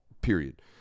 period